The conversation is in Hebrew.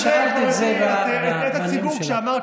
שאלת את זה בנאום שלך.